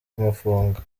kumufunga